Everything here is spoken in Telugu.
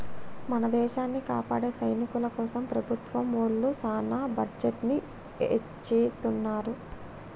మన దేసాన్ని కాపాడే సైనికుల కోసం ప్రభుత్వం ఒళ్ళు సాన బడ్జెట్ ని ఎచ్చిత్తున్నారు